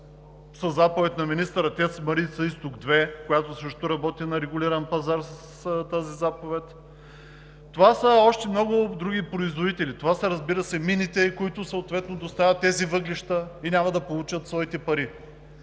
със заповед на министъра „ТЕЦ Марица изток 2“, която също работи на регулиран пазар с тази заповед. Това са още много други производители. Разбира се, това са мините, които съответно доставят тези въглища и няма да получат своите пари.